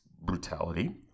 brutality